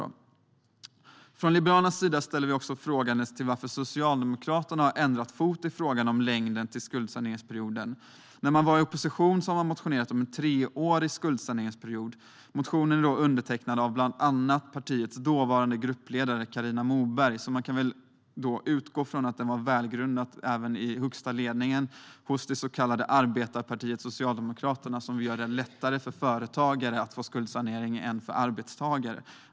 Vi liberaler ställer oss också frågande till att Socialdemokraterna har bytt fot i frågan om längden på skuldsaneringsperioden. När man var i opposition motionerade man om en treårig skuldsaneringsperiod. Den motionen var undertecknad av bland andra partiets dåvarande gruppledare, Carina Moberg, och då kan man väl utgå från att den var väl förankrad också i den högsta ledningen hos det så kallade arbetarepartiet Socialdemokraterna, som nu alltså vill göra det lättare för företagare att få skuldsanering än för arbetstagare.